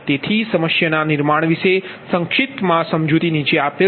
તેથી સમસ્યાના નિર્માણ વિશે સંક્ષિપ્તમાં સમજૂતી નીચે આપેલ છે